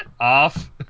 off